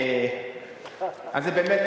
אז באמת,